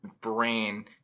brain